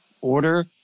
order